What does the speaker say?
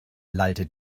lallte